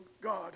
God